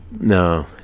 No